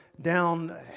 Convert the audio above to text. down